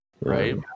Right